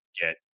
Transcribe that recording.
get